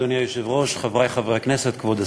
אדוני היושב-ראש, חברי חברי הכנסת, כבוד השר,